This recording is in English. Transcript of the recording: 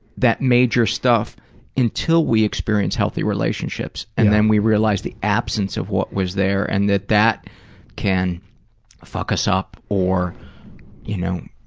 that major stuff until we experience healthy relationships. and then we realize the absence of what was there, and that that can fuck us up or you know